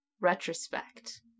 retrospect